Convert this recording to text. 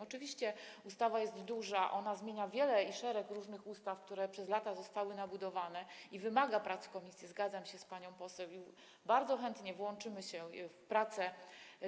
Oczywiście ustawa jest duża, ona zmienia wiele i szereg różnych ustaw, które przez lata zostały nabudowane, i wymaga prac komisji, zgadzam się z panią poseł, i bardzo chętnie włączymy się w prace